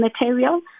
material